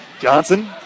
Johnson